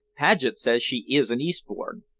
paget says she is in eastbourne.